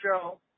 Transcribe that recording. show